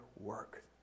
work